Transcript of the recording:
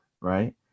right